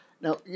Now